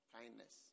kindness